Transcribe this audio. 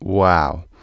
wow